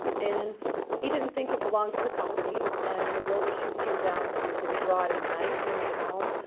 and he didn't think it belonged to the company. and the real issues came down to did he draw at night when he was at home.